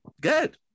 good